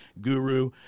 guru